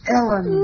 Ellen